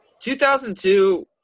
2002